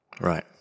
Right